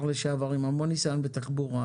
לשעבר שיש לו המון ניסיון בתחבורה.